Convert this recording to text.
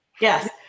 Yes